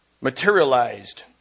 materialized